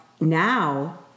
now